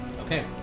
Okay